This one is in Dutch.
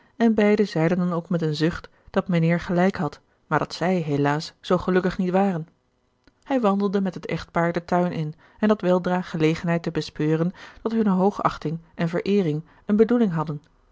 en beiden zeiden dan ook met een zucht dat mijnheer gelijk had maar dat zij helaas zoo gelukkig niet waren hij wandelde met het echtpaar den tuin in en had weldra gelegenheid te bespeuren dat hunne hoogachting en vereering eene bedoeling hadden